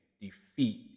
defeat